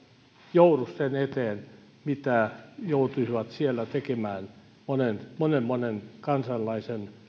joudu sen eteen mitä joutuisivat siellä tekemään monen monen monen kansalaisen